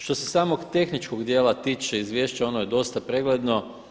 Što se samog tehničkog dijela tiče Izvješća oni je dosta pregledno.